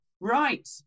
right